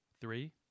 Three